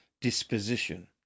disposition